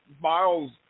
miles